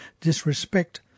disrespect